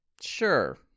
Sure